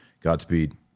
Godspeed